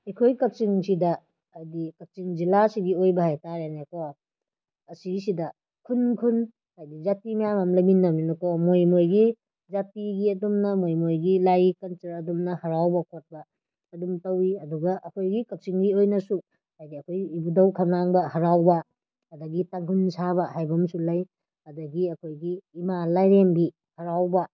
ꯑꯩꯈꯣꯏ ꯀꯛꯆꯤꯡꯁꯤꯗ ꯍꯥꯏꯗꯤ ꯀꯛꯆꯤꯡ ꯖꯤꯂꯥꯁꯤꯒꯤ ꯑꯣꯏꯕ ꯍꯥꯏꯇꯥꯔꯦꯅꯦꯀꯣ ꯑꯁꯤꯁꯤꯗ ꯈꯨꯟ ꯈꯨꯟ ꯍꯥꯏꯗꯤ ꯖꯥꯇꯤ ꯃꯌꯥꯝ ꯑꯃ ꯂꯩꯃꯤꯟꯅꯕꯅꯤꯅꯀꯣ ꯃꯣꯏ ꯃꯣꯏꯒꯤ ꯖꯥꯇꯤꯒꯤ ꯑꯗꯨꯝꯅ ꯃꯣꯏ ꯝꯣꯏꯒꯤ ꯂꯥꯏꯒꯤ ꯀꯜꯆꯔ ꯑꯗꯨꯝꯅ ꯍꯔꯥꯎꯕ ꯈꯣꯠꯄ ꯑꯗꯨꯝ ꯇꯧꯏ ꯑꯗꯨꯒ ꯑꯩꯈꯣꯏꯒꯤ ꯀꯛꯆꯤꯡꯒꯤ ꯑꯣꯏꯅꯁꯨ ꯍꯥꯏꯗꯤ ꯑꯩꯈꯣꯏꯒꯤ ꯏꯕꯨꯗꯧ ꯈꯝꯂꯥꯡꯕ ꯍꯔꯥꯎꯕ ꯑꯗꯒꯤ ꯇꯥꯡꯈꯨꯟ ꯁꯥꯕ ꯍꯥꯏꯕ ꯑꯃꯁꯨ ꯂꯩ ꯑꯗꯒꯤ ꯑꯩꯈꯣꯏꯒꯤ ꯏꯃꯥ ꯂꯥꯏꯔꯦꯝꯕꯤ ꯍꯔꯥꯎꯕ